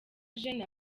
jeune